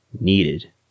needed